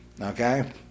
Okay